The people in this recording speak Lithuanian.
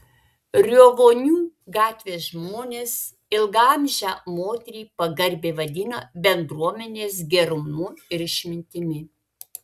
riovonių gatvės žmonės ilgaamžę moterį pagarbiai vadina bendruomenės gerumu ir išmintimi